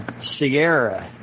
Sierra